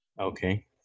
Okay